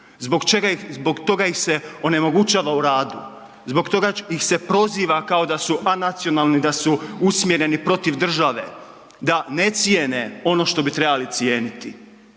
zbog toga ih se onemogućava u radu, zbog toga ih se proziva kao da su anacionalni, da su usmjereni protiv države, da ne cijene ono što bi trebali cijeniti.